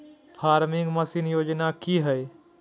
Farming machine योजना कि हैय?